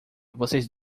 vocês